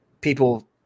people